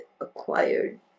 acquired